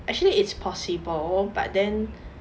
actually it's possible but then